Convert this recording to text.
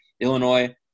Illinois